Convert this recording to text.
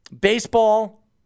baseball